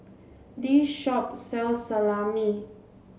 this shop sells Salami